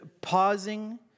pausing